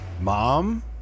Mom